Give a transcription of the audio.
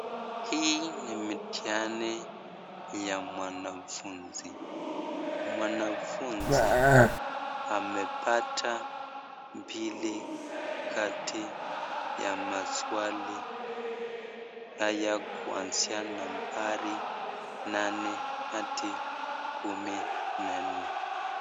Hii ni mitihani ya mwanafunzi, mwanafunzi amepta mbili kati ya maswali kwanzia nambari nane hadi kumi na nne.